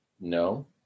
no